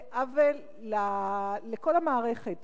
זה עוול לכל המערכת.